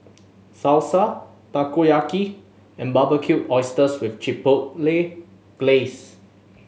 Salsa Takoyaki and Barbecued Oysters with Chipotle Glaze